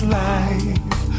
life